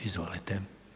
Izvolite.